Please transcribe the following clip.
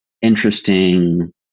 interesting